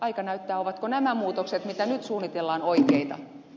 aika näyttää ovatko nämä muutokset joita nyt suunnitellaan oikeita